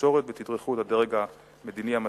תקשורת ותדרכו את הדרג המדיני המתאים.